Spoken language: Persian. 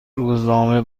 روزنامه